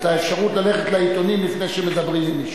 האפשרות ללכת לעיתונים לפני שמדברים עם מישהו.